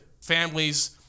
families